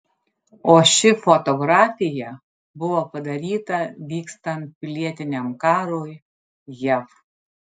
o ši fotografija buvo padaryta vykstant pilietiniam karui jav